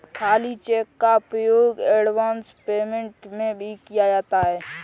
खाली चेक का उपयोग एडवांस पेमेंट में भी किया जाता है